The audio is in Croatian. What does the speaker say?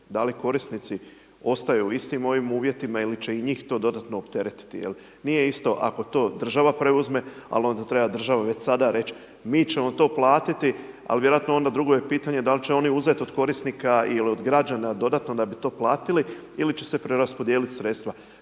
da li korisnici ostaju u istim ovim uvjetima ili će i njih to dodatno opteretiti. Nije isto ako država preuzme ali onda treba državi već sada reći mi ćemo to platiti ali vjerojatno onda drugo je pitanje da li će oni uzeti od korisnika ili od građana dodatno da bi to platili ili će se preraspodijeliti sredstva,